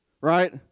right